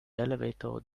elevator